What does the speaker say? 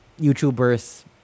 YouTubers